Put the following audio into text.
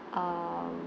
um